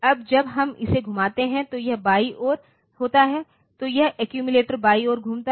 अब जब हम इसे घुमाते हैं तो यह बाईं ओर होता है तो यह एक्यूमिलेटर बाईं ओर घूमता है